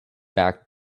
back